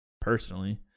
personally